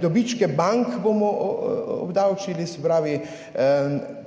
Dobičke bank bomo obdavčili. Se pravi